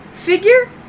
Figure